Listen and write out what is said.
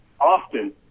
often